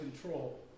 control